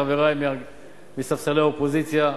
חברי מספסלי האופוזיציה,